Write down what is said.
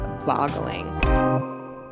boggling